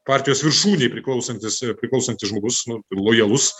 partijos viršūnėj priklausantis ar priklausantis žmogus nu lojalus